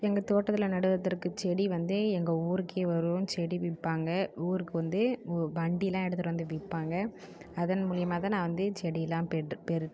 எங்கள் தோட்டத்தில் நடுவதற்கு செடி வந்து எங்கள் ஊருக்கே வரும் செடி விற்பாங்க ஊருக்கு வந்து உ வண்டிலாம் எடுத்துகிட்டு வந்து விற்பாங்க அதன் மூலிமா தான் நான் வந்து செடிலாம் பெற்று பெறு